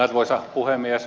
arvoisa puhemies